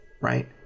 right